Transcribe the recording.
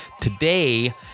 Today